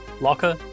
Locker